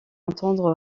entendre